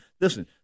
listen